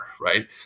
right